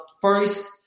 first